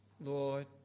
Lord